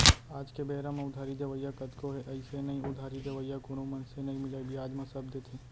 आज के बेरा म उधारी देवइया कतको हे अइसे नइ उधारी देवइया कोनो मनसे नइ मिलय बियाज म सब देथे